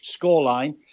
scoreline